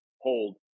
hold